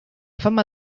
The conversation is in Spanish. fama